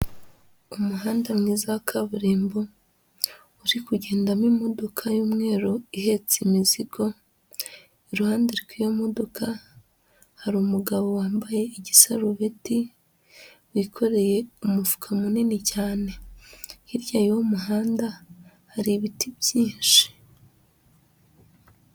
Umuhanda mwiza wa kaburimbo uri kugendamo imodoka y'umweru ihetse imizigo, iruhande rw'iyo modoka hari umugabo wambaye igisarubeti wikoreye umufuka munini cyane, hirya y'uwo muhanda hari ibiti byinshi.